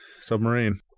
Submarine